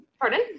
Pardon